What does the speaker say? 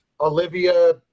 Olivia